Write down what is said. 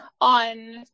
on